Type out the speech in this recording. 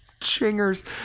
chingers